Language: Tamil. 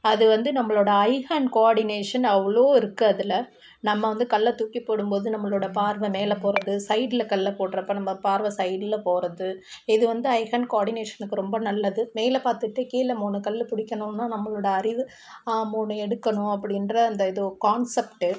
அது வந்து நம்மளோட ஐ ஹாண்ட் கோ ஆர்டினேஷன் அவ்வளோ இருக்குது அதில் நம்ம வந்து கல்ல தூக்கி போடும்போது நம்மளோட பார்வை மேலே போகிறது சைட்டில் கடல்ல போடுற்றப்ப நம்ம பார்வை சைடில் போகிறது இது வந்து ஐ ஹாண்ட் கோ ஆர்டினேஷனுக்கு ரொம்ப நல்லது மேலே பார்த்துட்டு கீழே மூணு கல்லு பிடிக்கணுன்னா நம்மளோடய அறிவு மூணு எடுக்கணும் அப்படின்ற அந்த ஏதோ கான்சப்ட்டு